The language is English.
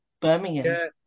Birmingham